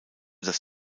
das